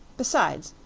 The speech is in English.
besides,